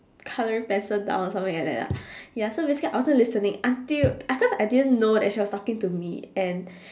colouring pencil down or something like that lah ya so basically I wasn't listening until cause I didn't know that she was talking to me and